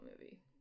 movie